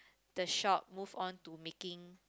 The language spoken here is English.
the shop move on to making